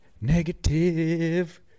Negative